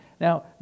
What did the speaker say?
Now